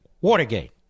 Watergate